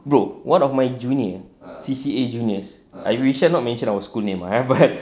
bro one of my juniors C_C_A junior I shall we shall not mention our school name ah